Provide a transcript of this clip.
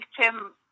Tim